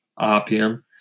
RPM